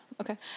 okay